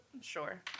sure